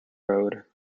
road